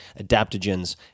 adaptogens